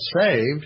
saved